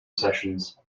sessions